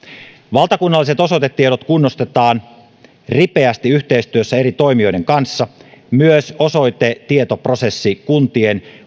valtakunnalliset osoitetiedot kunnostetaan ripeästi yhteistyössä eri toimijoiden kanssa myös osoitetietoprosessi kun tien